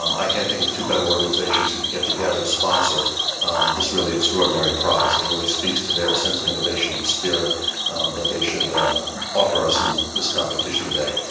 um i can't think of two better organizations who could get together to sponsor this really extraordinary prize. prize. it really speaks to their sense of innovation and spirit that they should offer us in this competition today.